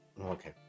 okay